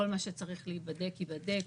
כל מה שצריך להיבדק ייבדק.